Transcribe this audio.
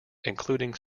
including